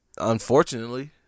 Unfortunately